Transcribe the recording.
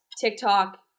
TikTok